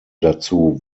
dazu